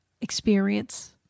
experience